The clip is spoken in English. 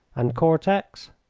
and cortex?